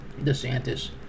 DeSantis